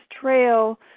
Trail